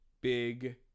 big